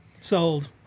Sold